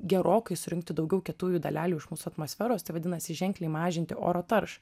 gerokai surinkti daugiau kietųjų dalelių iš mūsų atmosferos tai vadinasi ženkliai mažinti oro taršą